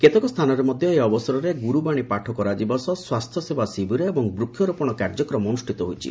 କେତେକ ସ୍ଥାନରେ ମଧ୍ୟ ଏହି ଅବସରରେ ଗୁରୁବାଣୀ ପାଠ କରାଯିବା ସହ ସ୍ୱାସ୍ଥ୍ୟସେବା ଶିବିର ଏବଂ ବୃକ୍ଷରୋପଣ କାର୍ଯ୍ୟକ୍ରମ ଅନୁଷ୍ଠିତ ହୋଇଛି